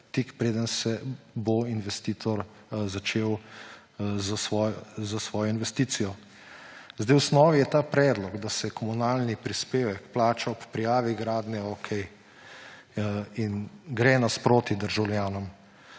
tik preden bo investitor začel s svojo investicijo. V osnovi je ta predlog, da se komunalni prispevek plača ob prijavi gradnje, okej in gre nasproti državljanom.